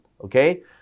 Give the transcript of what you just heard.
okay